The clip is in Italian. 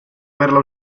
averla